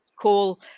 call